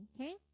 okay